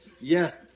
Yes